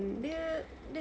dia dia